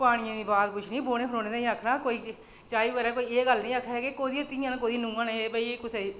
पानियै दी बात पुच्छनी ते बौह्ने खड़ोने आस्तै आखना चाही बगैरा दी कोई एह् निं आक्खै कि कोह्दियां धीआं न ते कोह्दियां नूहां न कि भई एह् कुसै गी